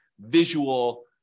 visual